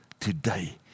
today